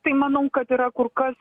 tai manau kad yra kur kas